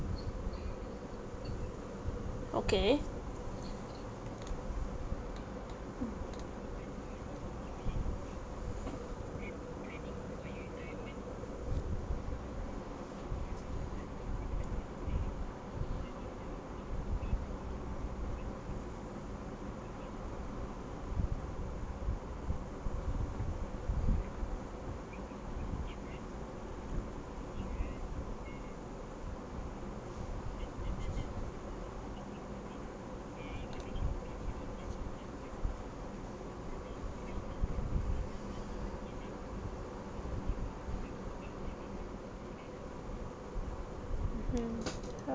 okay mm mmhmm